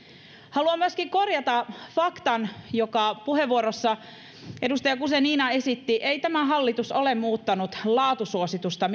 haluan myöskin korjata faktan jonka puheenvuorossaan edustaja guzenina esitti ei tämä hallitus ole muuttanut laatusuosituksen